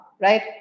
Right